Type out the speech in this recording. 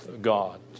God